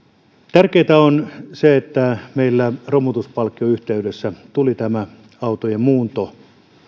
tärkeintä on se että meillä romutuspalkkion yhteydessä tuli tämä autojen muuntoon